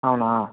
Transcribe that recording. అవునా